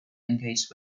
engaged